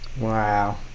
Wow